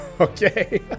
Okay